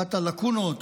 אחת הלקונות,